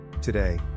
Today